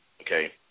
okay